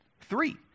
three